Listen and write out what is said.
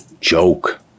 joke